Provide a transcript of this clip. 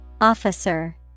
Officer